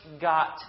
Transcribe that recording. got